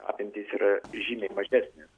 apimtys yra žymiai mažesnės